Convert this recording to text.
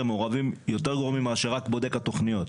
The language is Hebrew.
מעורבים יותר גומרים מאשר רק בודק התוכניות.